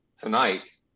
tonight